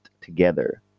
together